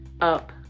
up